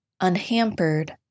unhampered